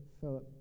philip